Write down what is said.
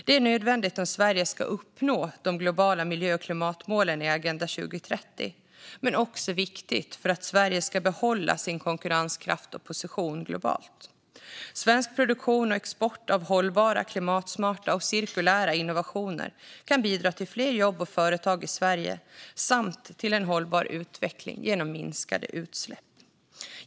Det är nödvändigt om Sverige ska uppnå de globala miljö och klimatmålen i Agenda 2030. Men det är också viktigt för att Sverige ska behålla sin konkurrenskraft och position globalt. Svensk produktion och export av hållbara, klimatsmarta och cirkulära innovationer kan bidra till fler jobb och företag i Sverige samt till en hållbar utveckling genom minskade utsläpp.